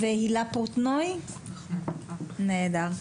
והילה פורטנוי, נהדר.